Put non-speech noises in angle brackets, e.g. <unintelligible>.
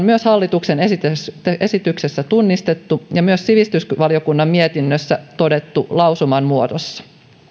<unintelligible> myös hallituksen esityksessä tunnistettu ja myös sivistysvaliokunnan mietinnössä todettu lausuman muodossa